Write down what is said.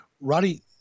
Roddy